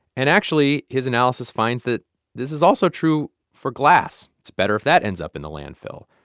and actually, his analysis finds that this is also true for glass. it's better if that ends up in the landfill.